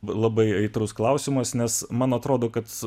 labai aitrus klausimas nes man atrodo kad